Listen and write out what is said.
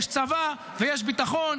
יש צבא ויש ביטחון,